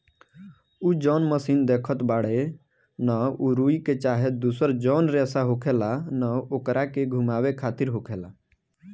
उ जौन मशीन देखत बाड़े न उ रुई के चाहे दुसर जौन रेसा होखेला न ओकरे के घुमावे खातिर होखेला